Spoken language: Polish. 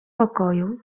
pokoju